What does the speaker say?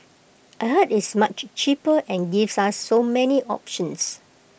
I heard it's much cheaper and gives us so many options